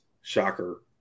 shocker